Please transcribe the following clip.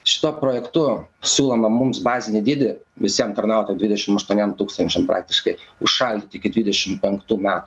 šituo projektu siūloma mums bazinį dydį visiem tarnautojam dvidešim aštuoniem tūkstančiam praktiškai užšaldyti iki dvidešim penktų metų